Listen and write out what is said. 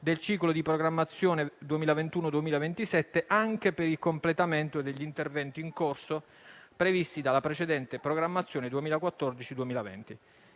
del ciclo di programmazione 2021-2027 anche per il completamento degli interventi in corso previsti dalla precedente programmazione 2014-2020.